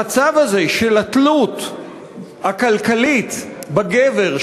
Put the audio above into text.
המצב הזה של התלות הכלכלית בגבר,